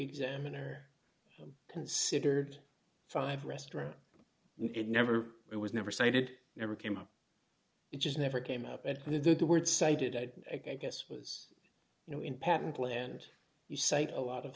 examiner considered five restaurant it never it was never cited never came up it just never came up and the word cited at a guess was you know in patent land you cite a lot of